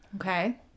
Okay